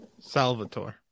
Salvatore